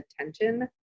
attention